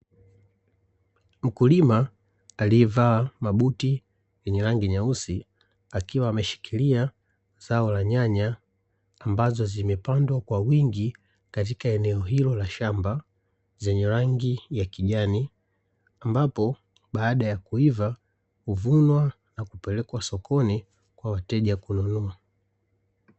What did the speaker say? Mkulima aliyevaa mabuti yenye rangi nyeusi, akiwa ameshikilia zao la nyanya, ambazo zimepandwa kwa wingi katika eneo hilo la shamba, zenye rangi ya kijani, ambapo baada ya kuiva huvunwa na kupelekwa sokoni kwa wateja kununua.